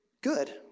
Good